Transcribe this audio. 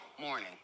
morning